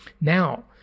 now